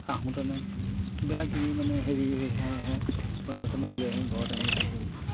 আহোঁতেনে কিবা কিবি মানে হেৰি পইচাকেইটামান লৈ আহি ঘৰত আহি তাকো